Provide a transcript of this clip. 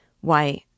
Why